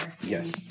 Yes